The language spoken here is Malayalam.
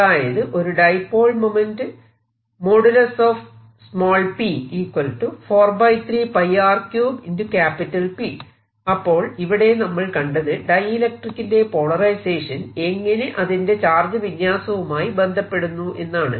അതായത് ഒരു ഡൈപോൾ മൊമെന്റ് അപ്പോൾ ഇവിടെ നമ്മൾ കണ്ടത് ഡൈഇലൿട്രിക്കിന്റെ പോളറൈസേഷൻ എങ്ങനെ അതിന്റെ ചാർജ് വിന്യാസവുമായി ബന്ധപ്പെടുന്നുവെന്നാണ്